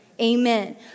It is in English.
Amen